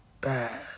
bad